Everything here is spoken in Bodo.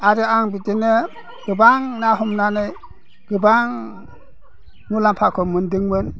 आरो आं बिदिनो गोबां ना हमनानै गोबां मुलाम्फाखौ मोन्दोंमोन